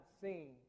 seen